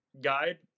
guide